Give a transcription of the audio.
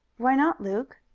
why not, luke?